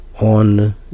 on